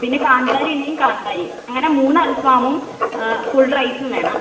പിന്നെ കാന്താരി ഉണ്ടെങ്കിൽ കാന്താരി അങ്ങനെ മൂന്ന് അൽഫാമും ഫുൾ റൈസും വേണം